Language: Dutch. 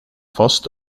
vast